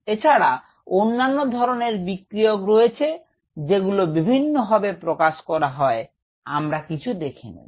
এছাড়া অন্যান্য ধরনের বিক্রিয়ক রয়েছে যেগুলো বিভিন্ন ভাবে প্রকাশ করা হয় আমরা কিছু দেখে নেব